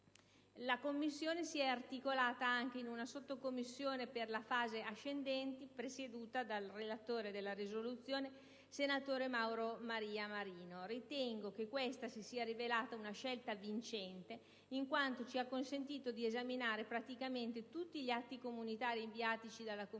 la Commissione si è articolata anche in una Sottocommissione per la fase ascendente presieduta dal relatore della risoluzione, senatore Mauro Maria Marino. Ritengo che questa si sia rivelata una scelta vincente, in quanto ci ha consentito di esaminare praticamente tutti gli atti comunitari inviatici dalla Commissione